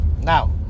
now